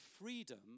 freedom